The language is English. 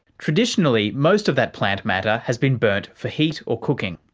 traditionally, most of that plant matter has been burnt for heat or cooking.